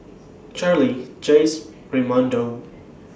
Charley Jace Raymundo